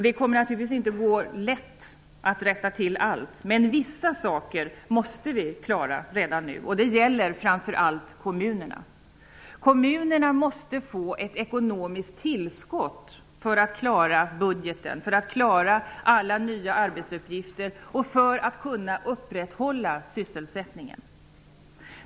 Det kommer naturligtvis inte att gå lätt att rätta till allt. Men vissa saker måste vi klara av redan nu. Det gäller framför allt kommunerna. Kommunerna måste få ett ekonomiskt tillskott för att klara budgeten, alla nya arbetsuppgifter och för att kunna upprätthålla sysselsättningen.